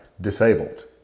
disabled